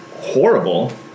horrible